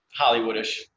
hollywoodish